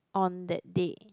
on that day